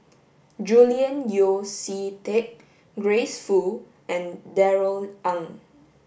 Julian Yeo See Teck Grace Fu and Darrell Ang